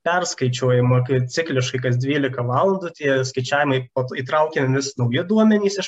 perskaičiuojama kai cikliškai kas dvylika valandų tie skaičiavimai įtraukiam vis nauji duomenys iš